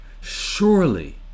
Surely